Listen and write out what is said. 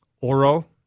Oro